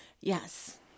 Yes